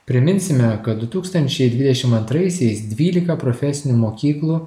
priminsime kad du tūkstančiai dvidešim antraisiais dvylika profesinių mokyklų